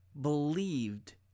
believed